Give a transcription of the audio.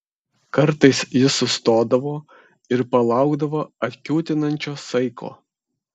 kartais jis sustodavo ir palaukdavo atkiūtinančio saiko